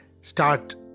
start